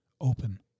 open